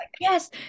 yes